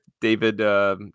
David